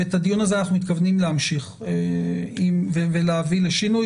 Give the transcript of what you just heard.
ואת הדיון הזה אנחנו מתכוונים להמשיך ולהביא לשינוי.